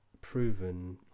proven